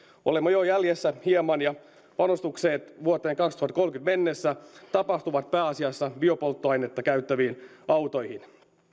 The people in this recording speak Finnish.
olemme jo jäljessä hieman ja panostukset vuoteen kaksituhattakolmekymmentä mennessä tapahtuvat pääasiassa biopolttoainetta käyttäviin autoihin